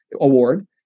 Award